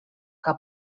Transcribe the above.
que